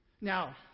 Now